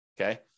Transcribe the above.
Okay